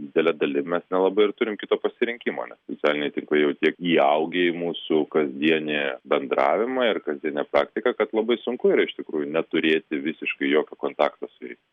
didele dalim mes nelabai ir turim kito pasirinkimo nes socialiniai tinklai jau tiek įaugę į mūsų kasdienį bendravimą ir kasdienę praktiką kad labai sunku yra iš tikrųjų neturėti visiškai jokio kontakto su jais